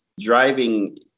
driving